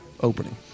opening